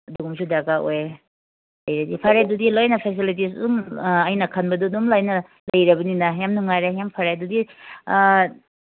ꯑꯗꯨꯒꯨꯝꯕꯁꯨ ꯗꯔꯀꯥꯔ ꯑꯣꯏꯌꯦ ꯑꯣꯏꯔꯗꯤ ꯐꯔꯦ ꯑꯗꯨꯗꯤ ꯐꯦꯁꯤꯂꯤꯇꯤꯁ ꯑꯗꯨꯝ ꯑꯩ ꯈꯟꯕꯗꯨ ꯑꯗꯨꯝ ꯂꯣꯏꯅ ꯂꯩꯔꯕꯅꯤꯅ ꯌꯥꯝ ꯅꯨꯡꯉꯥꯏꯔꯦ ꯌꯥꯝ ꯐꯔꯦ ꯑꯗꯨꯗꯤ